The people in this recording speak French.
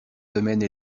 semaines